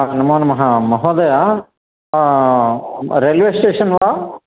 ह नमो नमः महोदय रेल्वे स्टेशन् वा